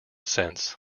since